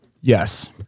Yes